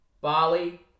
Bali